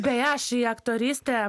beje aš į aktorystę